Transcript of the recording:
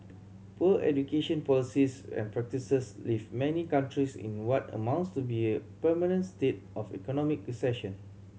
poor education policies and practices leave many countries in what amounts to be permanent state of economic recession